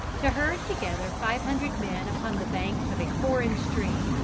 to herd together five hundred men upon the banks of a foreign stream,